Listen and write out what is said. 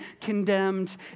condemned